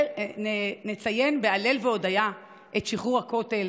נציין בהלל והודיה את שחרור הכותל,